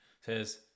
Says